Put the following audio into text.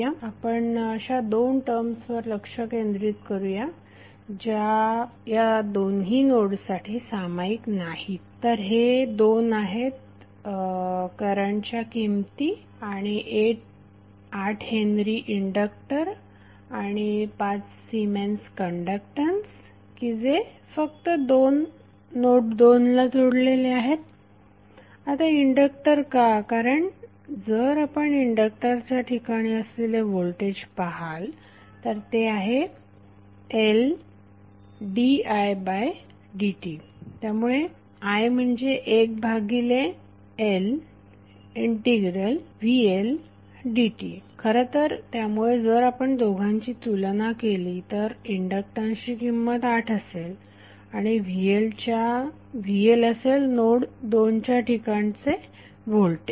आता आपण अशा दोन टर्म्सवर लक्ष केंद्रित करू या ज्या या दोन्ही नोड्ससाठी सामायिक नाहीत तर हे दोन आहेत करंटच्या किमती आणि 8 हेन्री इंडक्टर आणि 5 सिमेंस कण्डक्टन्स की जे फक्त नोड 2 ला जोडलेले आहेत आता इंडक्टर का कारण जर आपण इंडक्टरच्या ठिकाणी असलेले व्होल्टेज पहाल तर ते आहे L d i by dt त्यामुळे I म्हणजे एक भागिले L इंटीग्रल vLdt खरतर त्यामुळे जर आपण त्या दोघांची तुलना केली तर इंडक्टन्सची किंमत असेल 8 आणि vLअसेल नोड 2 च्या ठिकाणचे व्होल्टेज